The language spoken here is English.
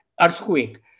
earthquake